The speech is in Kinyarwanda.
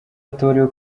atorewe